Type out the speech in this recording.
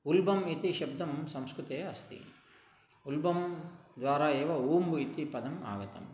उल्बम् इति शब्दं संस्कृते अस्ति उल्बं द्वारा एव ऊम्ब इति पदम् आगतम्